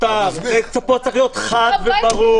פה צריך להיות חד וברור.